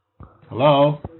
Hello